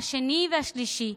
השני והשלישי,